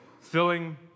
filling